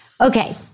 Okay